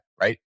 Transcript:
right